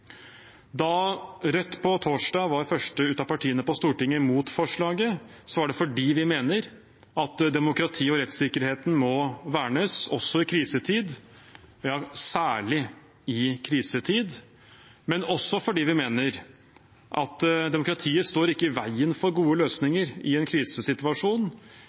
Da Rødt på torsdag var først ut av partiene på Stortinget mot forslaget, var det fordi vi mener at demokratiet og rettssikkerheten må vernes også i krisetid – ja, særlig i krisetid – men også fordi vi mener at demokratiet ikke står i veien for gode løsninger i en krisesituasjon.